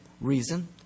reason